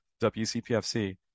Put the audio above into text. WCPFC